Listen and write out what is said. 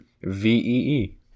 Vee